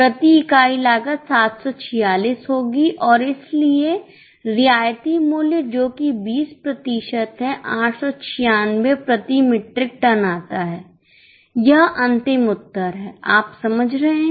प्रति इकाई लागत 746 होगी और इसलिए रियायती मूल्य जो कि 20 प्रतिशत है 896 प्रति मीट्रिक टन आता है यह अंतिम उत्तर है आप समझ रहे हैं